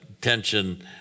tension